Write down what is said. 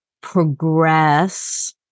progress